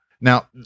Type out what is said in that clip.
Now